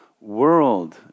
world